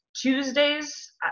Tuesdays